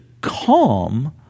calm